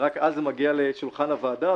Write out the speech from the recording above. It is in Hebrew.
ורק אז זה מגיע לשולחן הוועדה,